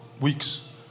weeks